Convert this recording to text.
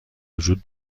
وجود